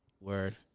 Word